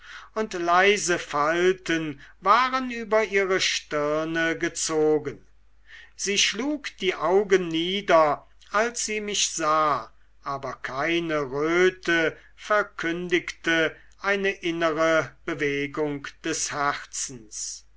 und leise falten waren über ihre stirne gezogen sie schlug die augen nieder als sie mich sah aber keine röte verkündigte eine innere bewegung des herzens